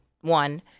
one